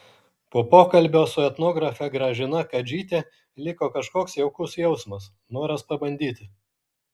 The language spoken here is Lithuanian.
po pokalbio su etnografe gražina kadžyte liko kažkoks jaukus jausmas noras pabandyti